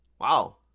wow